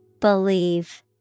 Believe